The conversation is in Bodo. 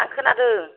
आं खोनादों